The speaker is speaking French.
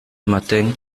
matin